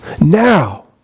Now